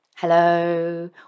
Hello